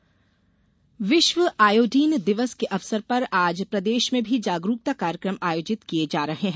iodine दिवस विश्व iodine दिवस के अवसर पर आज प्रदेश में भी जागरुकता कार्यकम आयोजित किये जा रहे हैं